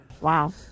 Wow